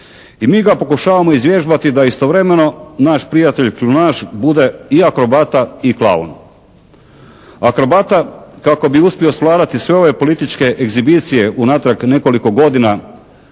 i mi ga pokušavamo izvježbati da istovremeno naš prijatelj kljunaš bude i akrobata i klaun. Akrobata kako bi uspio svladati sve ove političke egzibicije unatrag nekoliko godina,